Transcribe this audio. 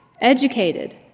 educated